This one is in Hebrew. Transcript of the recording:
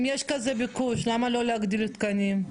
אם יש כזה ביקוש למה לא להגדיל תקנים?